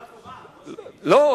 לא.